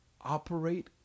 operate